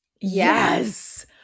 yes